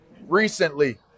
recently